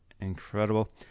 Incredible